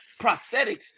prosthetics